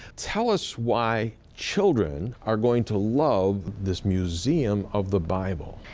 tell us why children are going to love this museum of the bible.